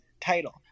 title